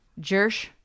Jersh